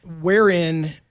wherein